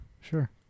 Sure